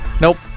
Nope